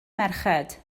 merched